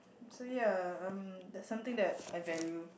so ya um that something that I value